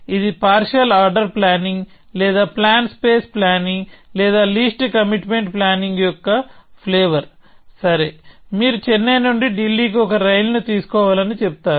ఇది partial order planning లేదా plan space planning లేదా లీస్ట్ కమిట్మెంట్ ప్లానింగ్ యొక్క ఫ్లేవర్ సరే మీరు చెన్నై నుండి ఢిల్లీకి ఒక రైలు ని తీసుకోవాలని చెబుతారు